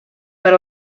per